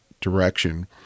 direction